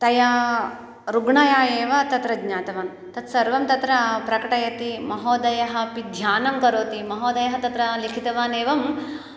तया रुग्णया एव तत्र ज्ञातवान् तत् सर्वं तत्र प्रकटयति महोदयः अपि ध्यानं करोति महोदयः तत्र लिखितवानेवं